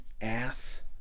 Ass